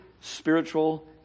spiritual